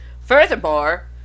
Furthermore